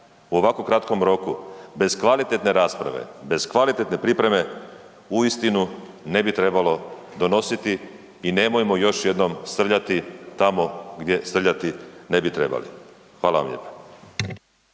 u ovako kratkom roku, bez kvalitetne rasprave, bez kvalitetne pripreme, uistinu ne bi trebalo donositi i nemojmo još jednom srljati tamo gdje srljati ne bi trebali. Hvala vam lijepo.